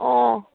ওহ